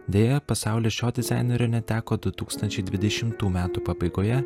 deja pasaulis šio dizainerio neteko du tūkstančiai dvidešimtų metų pabaigoje